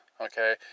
okay